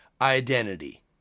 identity